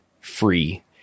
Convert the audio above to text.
free